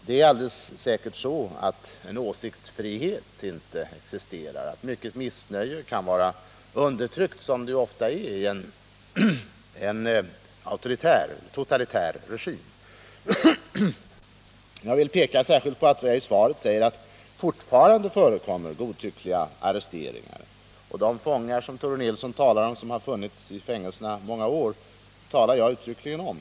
Det är alldeles säkert så att någon åsiktsfrihet inte existerar och att mycket missnöje är undertryckt, som det ofta är i en totalitär regim. Jag vill särskilt framhålla att jag i svaret säger att det fortfarande förekommer godtyckliga arresteringar. De fångar som Tore Nilsson talade om och som suttit fängslade i många år talade också jag uttryckligen om.